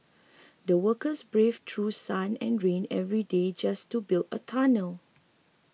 the workers braved through sun and rain every day just to build a tunnel